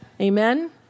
Amen